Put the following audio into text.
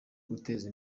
guteza